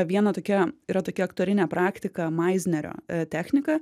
viena tokia yra tokia aktorinė praktika maiznerio technika